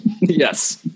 Yes